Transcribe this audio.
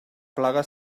plaga